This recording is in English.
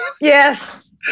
Yes